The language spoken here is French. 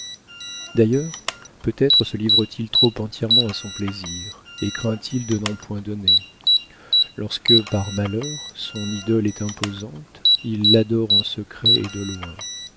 d'ailleurs peut-être se livre t il trop entièrement à son plaisir et craint il de n'en point donner lorsque par malheur son idole est imposante il l'adore en secret et de loin